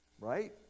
right